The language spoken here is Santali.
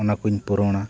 ᱚᱱᱟᱠᱚᱧ ᱯᱩᱨᱚᱱᱟ